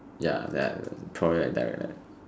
ya then I probably like direct right